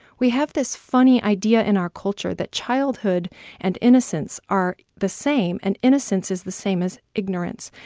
we have this funny idea in our culture that childhood and innocence are the same, and innocence is the same as ignorance.